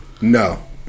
no